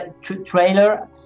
trailer